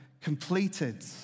completed